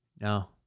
No